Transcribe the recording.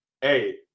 hey